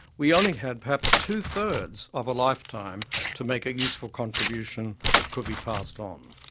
we only had perhaps two-thirds of a lifetime to make a useful contribution that could be passed on.